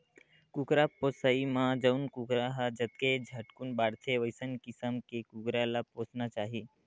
कुकरा पोसइ म जउन कुकरा ह जतके झटकुन बाड़थे वइसन किसम के कुकरा ल पोसना चाही